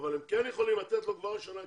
אבל הם כן יכולים לתת לו כבר השנה כסף,